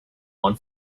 one